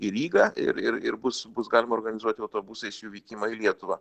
į rygą ir ir ir bus bus galima organizuoti autobusais jų vykimą į lietuvą